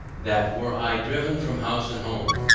that were i driven from house and home,